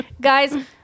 Guys